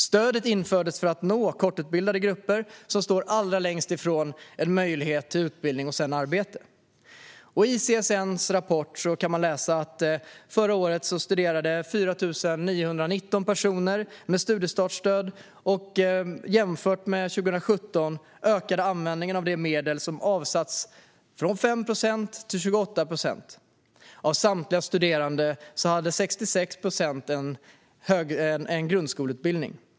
Stödet infördes för att nå kortutbildade grupper som står allra längst ifrån möjligheten till utbildning och sedan arbete. I CSN:s rapport kan man läsa att förra året studerade 4 919 personer med studiestartsstöd, att användningen av de medel som avsatts ökade från 5 till 28 procent jämfört med 2017 och att 66 procent av samtliga studerande hade högst grundskoleutbildning.